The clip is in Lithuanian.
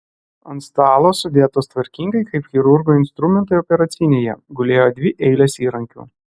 ant stalo sudėtos tvarkingai kaip chirurgo instrumentai operacinėje gulėjo dvi eilės įrankių